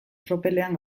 tropelean